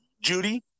Judy